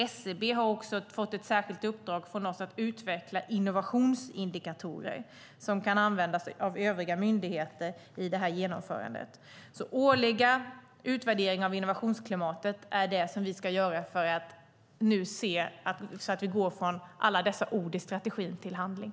SCB har fått ett särskilt uppdrag från oss att utveckla innovationsindikatorer som kan användas av övriga myndigheter i genomförandet. Alltså: Årliga utvärderingar av innovationsklimatet är vad vi ska göra för att se till att vi går från alla ord i strategin till handling.